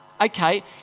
okay